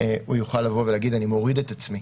הוא יוכל לבוא ולהגיד: אני מוריד את עצמי